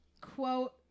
Quote